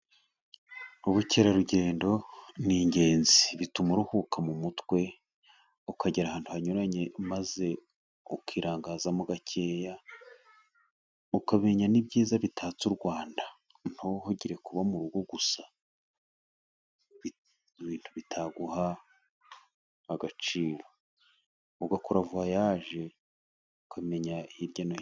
Ubukerarugendo ni ingenzi bituma uruhuka mu mutwe, ukagera ahantu hanyuranye maze ukirangaza mo gakeya ukamenya n'ibyiza bitatse u Rwanda, ntuhugire kuba mu rugo gusa ibintu bitaguha agaciro, ugakora vuwayaje ukamenya hirya no hino .